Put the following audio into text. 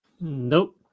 Nope